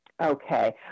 Okay